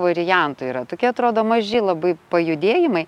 variantų yra tokie atrodo maži labai pajudėjimai